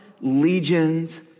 legions